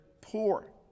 poor